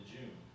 June